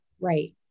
Right